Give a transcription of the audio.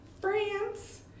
France